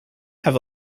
have